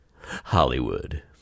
Hollywood